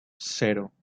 cero